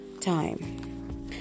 time